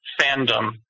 fandom